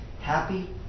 Happy